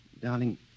Darling